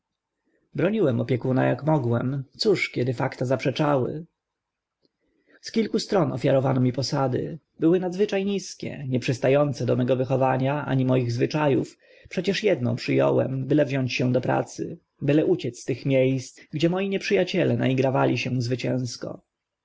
broniłem opiekuna ak mogłem cóż kiedy fakta zaprzeczały z kilku stron ofiarowano mi posady były nadzwycza niskie nie przysta ące do mego wychowania ani moich zwycza ów przecież edną przy ąłem byle wziąć się do pracy byle uciec z tych mie sc gdzie moi nieprzy aciele naigrawali się zwycięsko